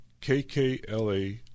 kkla